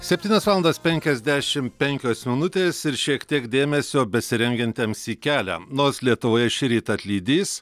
septynios valandos penkiasdešim penkios minutės ir šiek tiek dėmesio besirengiantiems į kelią nors lietuvoje šįryt atlydys